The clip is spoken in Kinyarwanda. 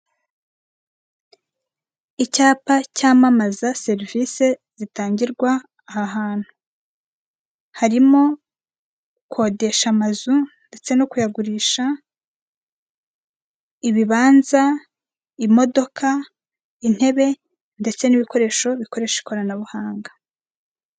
Icyapa cyamamaza serivise zitangirwa ahahantu harimo; gukodesha amazu ndetse no kuyagurisha, ibibanza, imodoka, intebe ndetse n'ibikoresho bikoresha ikoranabuhanga.